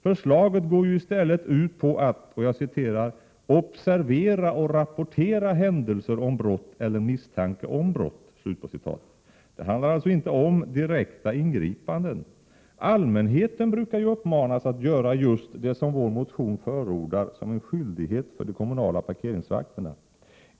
Förslaget går i stället ut på att ”observera och rapportera händelser om brott eller misstanke om brott”. Det handlar alltså inte om direkta ingripanden. Allmänheten brukar uppmanas att göra just det som vår motion förordar som en skyldighet för de kommunala parkeringsvakterna.